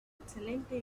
excelente